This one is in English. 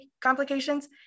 complications